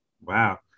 Wow